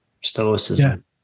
Stoicism